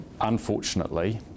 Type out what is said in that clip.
unfortunately